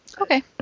Okay